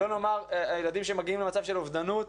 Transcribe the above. שלא נאמר הילדים שמגיעים למצב של אובדנות,